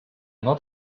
not